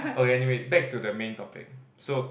okay anyway back to the main topic so